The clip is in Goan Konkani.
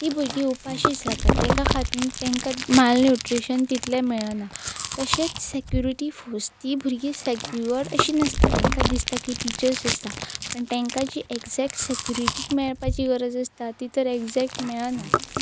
ती भुरगीं उपाशींच जाता तेका खातीर तेंकां मालन्युट्रिशन तितलें मेळना तशेंच सॅक्युरिटी फोर्स ती भुरगीं सॅक्यअर्ड अशीं नासता तेंकां दिसता की टिचर्स आसता पूण तेंकां जी ऍग्जॅक्ट सॅक्युरिटी मेळपाची गरज आसता ती तर ऍगजॅक्ट मेळना